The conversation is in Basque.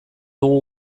dugu